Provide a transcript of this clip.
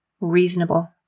reasonable